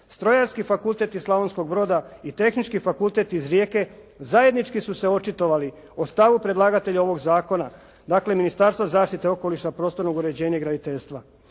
Strojarski fakultet iz Slavonskog Broda i Tehnički fakultet iz Rijeke zajednički su se očitovali o stavu predlagatelja ovog zakona, dakle Ministarstva zaštite okoliša, prostornog uređenja i graditeljstva.